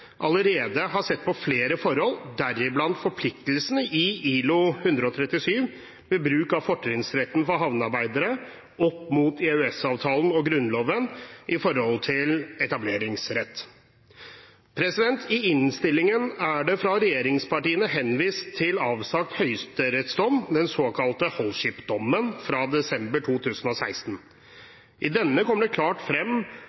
allerede har sett på flere forhold, deriblant forpliktelsene i ILO-konvensjon 137 ved bruk av fortrinnsretten for havnearbeidere opp mot EØS-avtalen, Grunnloven og etableringsretten. I innstillingen har regjeringspartiene henvist til en avsagt høyesterettsdom, den såkalte Holship-dommen, fra desember 2016. I den kommer det klart frem